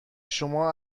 شما